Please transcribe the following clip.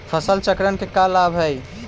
फसल चक्रण के का लाभ हई?